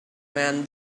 man